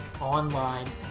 online